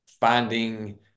finding